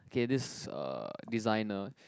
okay this uh designer